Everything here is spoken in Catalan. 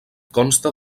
consta